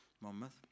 Monmouth